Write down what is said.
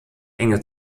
enge